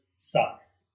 Sucks